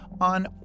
On